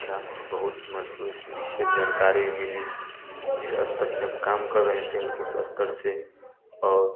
अच्छा बहुत मशहूर विशेष जानकारी मिली जिस स्तर से हम काम कर रहे थे उस स्तर से और